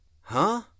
Huh